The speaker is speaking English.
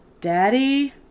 daddy